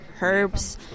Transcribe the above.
herbs